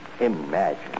Imagine